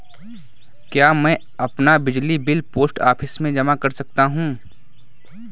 क्या मैं अपना बिजली बिल पोस्ट ऑफिस में जमा कर सकता हूँ?